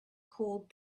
called